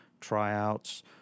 Tryouts